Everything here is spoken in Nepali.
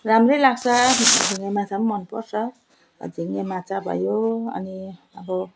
राम्रै लाग्छ झिँगे माछा पनि मनपर्छ झिँगे माछा भयो अनि अब